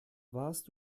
warst